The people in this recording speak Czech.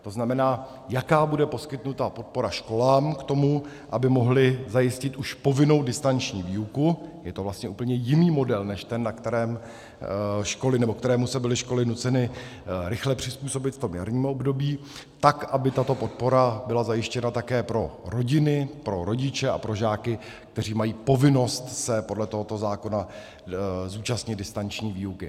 To znamená, jaká bude poskytnuta podpora školám k tomu, aby mohly zajistit už povinnou distanční výuku je to vlastně úplně jiný model než ten, kterému se byly školy nuceny rychle přizpůsobit v tom jarním období tak, aby tato podpora byla zajištěna také pro rodiny, pro rodiče a pro žáky, kteří mají povinnost se podle tohoto zákona zúčastnit distanční výuky.